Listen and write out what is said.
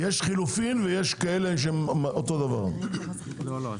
לא עברה.